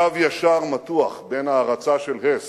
קו ישר מתוח בין ההערצה של הס